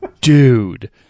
Dude